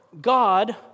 God